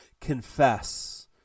confess